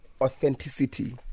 authenticity